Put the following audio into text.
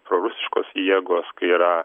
prorusiškos jėgos kai yra